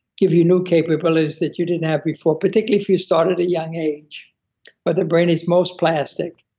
give you new capabilities that you didn't have before, particularly if you started at a young age where the brain is most plastic,